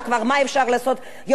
ותיכף אני אגיד מה זה יכול להיות,